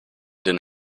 den